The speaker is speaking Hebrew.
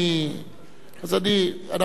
הואיל ודיברת,